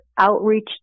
outreach